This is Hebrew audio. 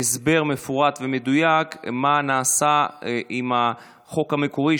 הסבר מפורט ומדויק מה נעשה עם החוק המקורי,